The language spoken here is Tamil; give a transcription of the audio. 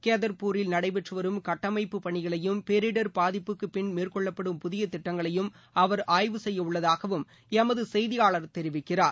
கேதர்பூரில் நடைபெற்று வரும் கட்டமைப்பு பணிகளையும் பேரிடர் பாதிப்புக்கு பின் மேற்கொள்ளப்படும் புதிய திட்டங்களை அவர் ஆய்வு செய்ய உள்ளதாகவும் எமது செய்தியாளார் தெரிவிக்கிறார்